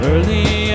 Early